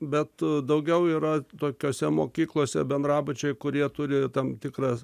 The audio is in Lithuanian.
bet daugiau yra tokiose mokyklose bendrabučiai kurie turi tam tikras